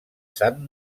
sant